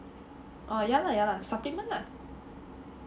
oh ya la ya la supplement lah